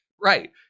right